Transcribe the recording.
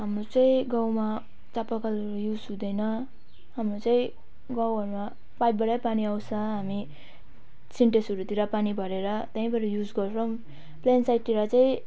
हाम्रो चाहिँ गाउँमा चापा कल युज हुँदैन हाम्रो चाहिँ गाउँ घरमा पाइपबाटै पानी आउँछ हामी सिन्टेक्सहरूतिर पानी भरेर त्यहीँबाट युज गर्छौँ प्लेन साइडतिर चाहिँ